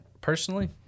personally